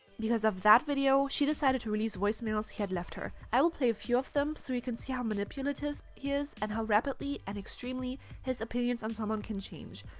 because of that video, she decided to release voice mails he had left her. i will play a few of them so you can see how manipulative and how rapidly, and extremely, his opinions on someone can change.